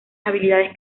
habilidades